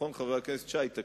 חבר הכנסת שי, נכון?